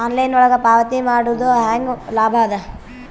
Online ಒಳಗ ಪಾವತಿ ಮಾಡುದು ಹ್ಯಾಂಗ ಲಾಭ ಆದ?